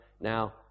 now